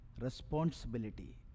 responsibility